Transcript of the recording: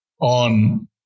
on